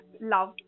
love